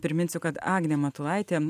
priminsiu kad agnė matulaitė